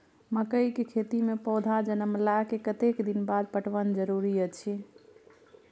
मकई के खेती मे पौधा जनमला के कतेक दिन बाद पटवन जरूरी अछि?